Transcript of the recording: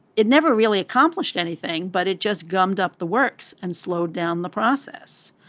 it never really accomplished anything but it just gummed up the works and slowed down the process.